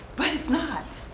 but it's not.